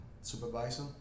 supervisor